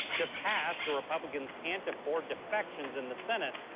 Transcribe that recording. to pass the republicans can't afford deflections in the senate.